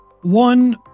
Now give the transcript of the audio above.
one